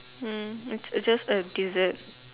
mm it's just like a dessert